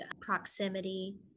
proximity